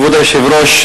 כבוד היושב-ראש,